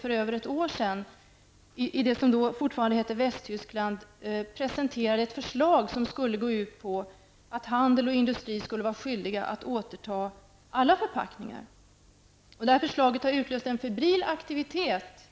För över ett år sedan presenterade man i det som då fortfarande hette Västtyskland ett förslag som gick ut på att handel och industri skulle vara skyldiga att återta alla förpackningar. Detta förslag har utlöst en ferbril aktivitet